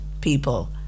people